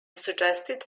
suggested